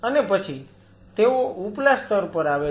અને પછી તેઓ ઉપલા સ્તર પર આવે છે